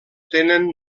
tenen